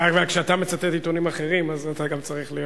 כשאתה מצטט עיתונים אחרים, אז אתה גם צריך להיות,